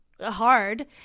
hard